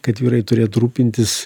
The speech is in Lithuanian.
kad vyrai turėtų rūpintis